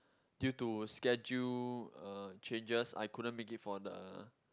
due to schedule uh changes I couldn't make it for the